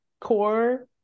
core